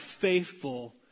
faithful